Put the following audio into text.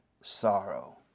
sorrow